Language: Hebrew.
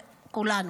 כולנו,